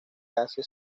hace